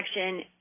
action